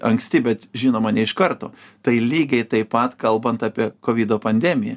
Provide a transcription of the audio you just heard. anksti bet žinoma ne iš karto tai lygiai taip pat kalbant apie kovido pandemiją